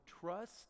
trust